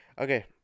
Okay